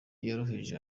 yoroheje